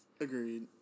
Agreed